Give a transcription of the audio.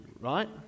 right